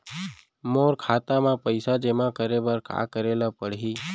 मोर खाता म पइसा जेमा करे बर का करे ल पड़ही?